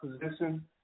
position